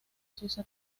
suiza